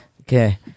Okay